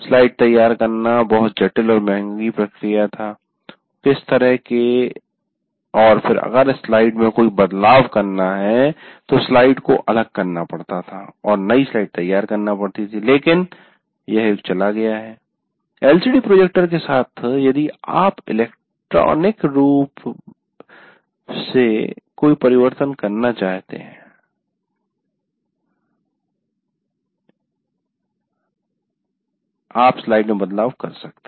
slide तैयार करना बहुत जटिल और महंगी प्रक्रिया था और फिर अगर स्लाइड में कोई बदलाव करना है तो स्लाइड को अलग करना पड़ता था और नई स्लाइड तैयार करनी पड़ती थी लेकिन वह युग चला गया है एलसीडी प्रोजेक्टर के साथ यदि आप इलेक्ट्रॉनिक रूप से कोई परिवर्तन करना चाहते हैं आप स्लाइड्स में बदलाव कर सकते हैं